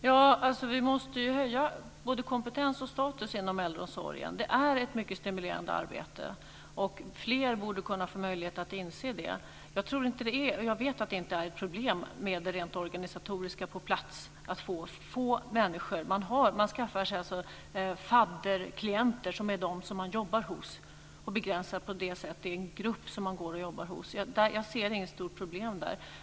Fru talman! Vi måste ju höja både kompetens och status inom äldreomsorgen. Det är ett mycket stimulerande arbete, och fler borde få möjlighet att inse det. Jag vet att det inte är något problem rent organisatoriskt på plats med få människor. Man skaffar sig fadderklienter som man jobbar hos. På det sättet begränsas antalet. Det är en grupp som man jobbar hos. Jag ser inget stort problem där.